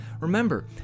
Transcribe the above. Remember